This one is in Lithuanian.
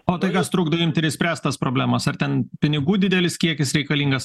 o tai kas trukdo imt ir išspręst tas problemas ar ten pinigų didelis kiekis reikalingas